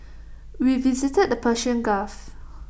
we visited the Persian gulf